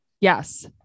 yes